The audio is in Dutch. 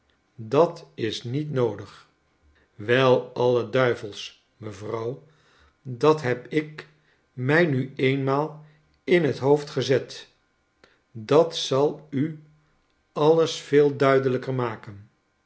dat is niet noodig wel alie duivels mevrouw dat heb ik mij mi eenmaal in het hoofd gezet dat zal u alles veel duidelijker maken